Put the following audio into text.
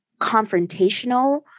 confrontational